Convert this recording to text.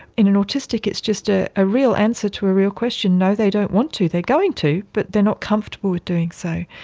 in an autistic it's just ah a real answer to a real question no, they don't want to. they're going to but they are not comfortable doing so.